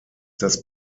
das